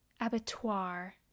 Abattoir